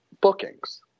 bookings